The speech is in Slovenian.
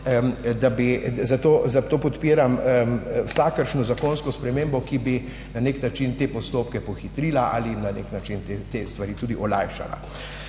Zato podpiram vsakršno zakonsko spremembo, ki bi na nek način te postopke pohitrila ali jim na nek način te stvari tudi olajšala.